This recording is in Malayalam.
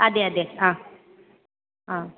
അതെ അതെ ആ ആ